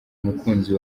umukunzi